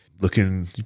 looking